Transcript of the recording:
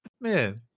man